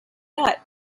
not